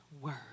word